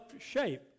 shape